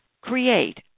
Create